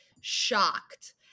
shocked